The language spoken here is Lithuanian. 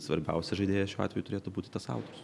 svarbiausias žaidėjas šiuo atveju turėtų būti tas autorius